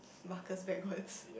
Marcus backwards